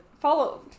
follow